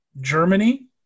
Germany